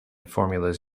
formulas